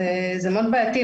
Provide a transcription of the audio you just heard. זה מאוד בעייתי.